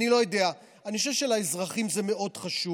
אני לא יודע, אני חושב שלאזרחים זה מאוד חשוב.